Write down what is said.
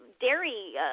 dairy